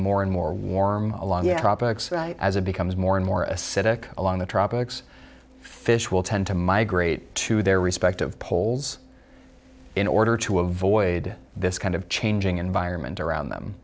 more and more warm along as it becomes more and more acidic along the tropics fish will tend to migrate to their respective poles in order to avoid this kind of changing environment around them